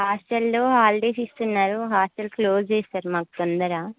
హాస్టల్లో హాలిడేస్ ఇస్తున్నారు hostel close చేస్తారు మాకు తొందరా